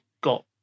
got